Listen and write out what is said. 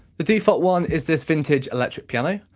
the default one is this vintage electric piano,